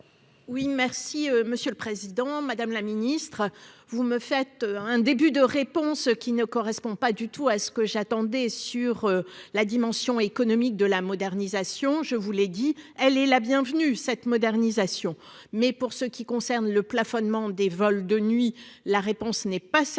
Oui, merci Monsieur le Président Madame la Ministre vous me faites un début de réponse qui ne correspond pas du tout à ce que j'attendais sur la dimension économique de la modernisation. Je vous l'ai dit, elle est la bienvenue. Cette modernisation. Mais pour ce qui concerne le plafonnement des vols de nuit. La réponse n'est pas satisfaisante